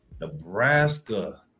Nebraska